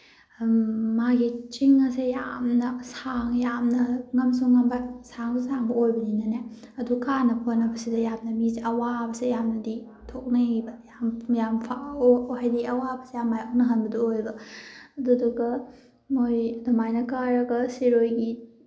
ꯃꯥꯒꯤ ꯆꯤꯡ ꯑꯁꯦ ꯌꯥꯝꯅ ꯌꯥꯝꯅ ꯉꯝꯁꯨ ꯉꯝꯕ ꯁꯥꯡꯁꯨ ꯁꯥꯡꯕ ꯑꯣꯏꯕꯅꯤꯅꯅꯦ ꯑꯗꯨ ꯀꯥꯅꯕ ꯍꯣꯠꯅꯕꯁꯤꯗ ꯌꯥꯝꯅ ꯃꯤꯁꯦ ꯑꯋꯥꯕꯁꯦ ꯌꯥꯝꯅꯗꯤ ꯊꯣꯛꯅꯩꯌꯦꯕ ꯌꯥꯝ ꯌꯥꯝ ꯐꯥꯎ ꯍꯥꯏꯗꯤ ꯑꯋꯥꯕꯁꯦ ꯌꯥꯝ ꯃꯥꯌꯣꯛꯅꯍꯟꯕꯗꯨ ꯑꯣꯏꯌꯦꯕ ꯑꯗꯨꯗꯨꯒ ꯃꯣꯏ ꯑꯗꯨꯃꯥꯏꯅ ꯀꯥꯔꯒ ꯁꯤꯔꯣꯏꯒꯤ